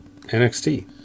NXT